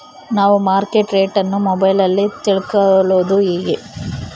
ನಾವು market rate ಅನ್ನು ಮೊಬೈಲಲ್ಲಿ ತಿಳ್ಕಳೋದು ಹೇಗೆ?